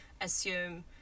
assume